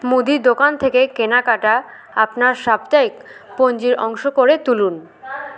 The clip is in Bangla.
মুদি দোকান থেকে কেনাকাটা আপনার সাপ্তাহিক পঞ্জির অংশ করে তুলুন